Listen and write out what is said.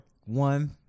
One